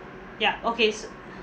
ya okay s~